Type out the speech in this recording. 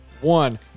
one